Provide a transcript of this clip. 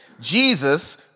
Jesus